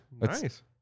Nice